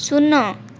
ଶୂନ